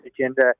agenda